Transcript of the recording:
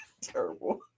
Terrible